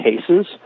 cases